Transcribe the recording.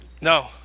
no